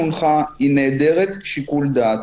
בישראל ההצעה שהונחה היא נעדרת שיקול דעת.